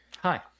Hi